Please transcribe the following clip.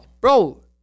Bro